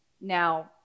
now